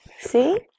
see